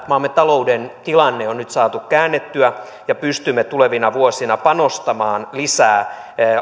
maamme talouden tilanne on nyt saatu käännettyä ja pystymme tulevina vuosina panostamaan